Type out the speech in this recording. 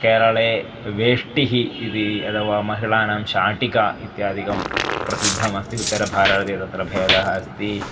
केरले वेष्टिः इति अथवा महिलानां शाटिका इत्यादिकं प्रसिद्धम् अस्ति उत्तरभारते तत्र भेदः अस्ति